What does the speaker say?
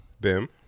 Bim